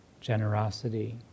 generosity